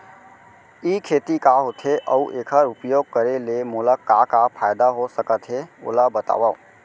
ई खेती का होथे, अऊ एखर उपयोग करे ले मोला का का फायदा हो सकत हे ओला बतावव?